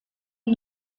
die